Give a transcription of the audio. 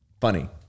funny